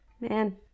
man